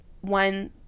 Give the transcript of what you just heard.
One